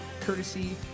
courtesy